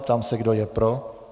Ptám se, kdo je pro.